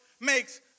makes